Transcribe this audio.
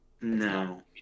No